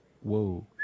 whoa